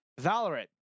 Valorant